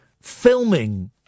Filming